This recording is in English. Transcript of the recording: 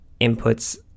inputs